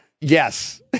Yes